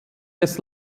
des